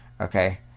Okay